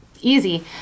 Easy